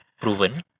proven